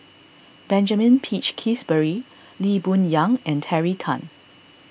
Benjamin Peach Keasberry Lee Boon Yang and Terry Tan